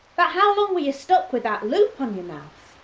but how long were you stuck with that loop on your mouth?